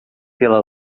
pela